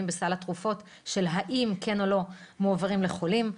בסל התרופות שהאם - כן או לא - מועברים לחולים.